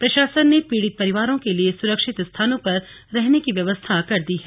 प्रशासन ने पीड़ित परिवारों के लिए सुरक्षित स्थानों पर रहने की व्यवस्था कर दी है